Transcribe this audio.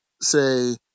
say